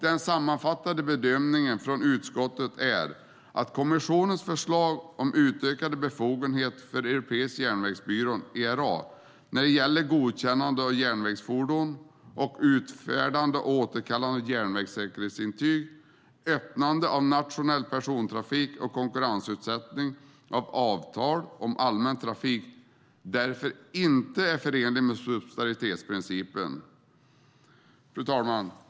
Den sammanfattande bedömningen från utskottet är att kommissionens förslag om utökade befogenheter för Europeiska järnvägsbyrån, ERA, när det gäller godkännande av järnvägsfordon och utfärdande och återkallande av järnvägssäkerhetsintyg, öppnande av nationell persontrafik och konkurrensutsättning av avtal om allmän trafik därför inte är förenliga med subsidiaritetsprincipen. Herr talman!